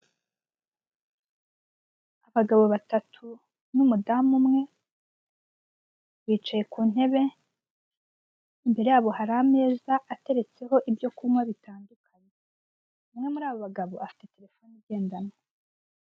Abagabo batatu n'umudamu umwe bicaye ku ntebe, imbere yabo hari ameza ateretseho ibyo kunywa bitandukanye. Bamwe muri abo bagabo afite telefone igendanwa.